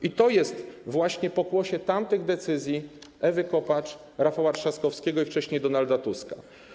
I to jest właśnie pokłosie tamtych decyzji Ewy Kopacz, Rafała Trzaskowskiego i wcześniej Donalda Tuska.